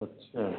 अच्छा